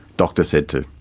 doctor said to.